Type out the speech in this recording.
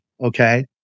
Okay